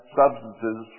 substances